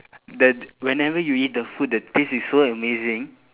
that whenever you eat the food the taste is so amazing